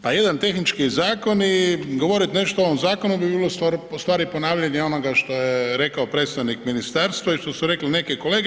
Pa jedan tehnički zakon i govorit nešto o ovom zakonu bi bilo u stvari ponavljanje onoga što je rekao predstavnik ministarstva i što su rekle neke kolege.